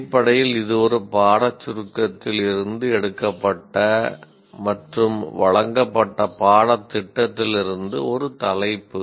அடிப்படையில் இது ஒரு பாடச் சுருக்கத்தில் இருந்து எடுக்கப்பட்ட மற்றும் வழங்கப்பட்ட பாடத்திட்டத்திலிருந்து ஒரு தலைப்பு